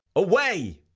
away,